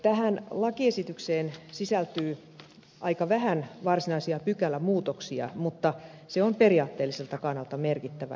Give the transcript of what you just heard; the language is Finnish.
tähän lakiesitykseen sisältyy aika vähän varsinaisia pykälämuutoksia mutta se on periaatteelliselta kannalta merkittävä esitys